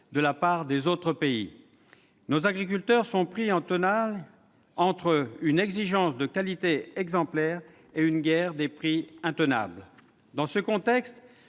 déloyale d'autres pays. Nos agriculteurs sont pris en tenaille entre une exigence de qualité exemplaire et une guerre des prix intenable. Dans ce contexte,